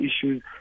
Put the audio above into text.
issues